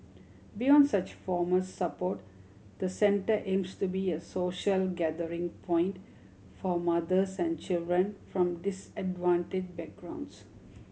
beyond such formal support the centre aims to be a social gathering point for mothers and children from disadvantaged backgrounds